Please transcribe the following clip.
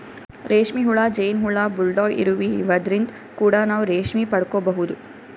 ರೇಶ್ಮಿ ಹುಳ, ಜೇನ್ ಹುಳ, ಬುಲ್ಡಾಗ್ ಇರುವಿ ಇವದ್ರಿನ್ದ್ ಕೂಡ ನಾವ್ ರೇಶ್ಮಿ ಪಡ್ಕೊಬಹುದ್